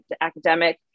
academic